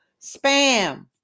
spam